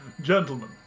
gentlemen